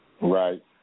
right